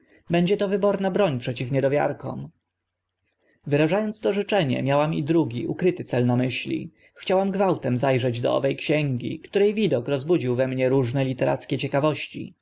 to wyborna broń przeciw niedowiarkom wyraża ąc to życzenie miałam i drugi ukryty cel na myśli chciałam gwałtem za rzeć do owe księgi które widok rozbudził we mnie różne literackie ciekawości